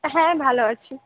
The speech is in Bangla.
হ্যাঁ ভাল আছি